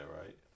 right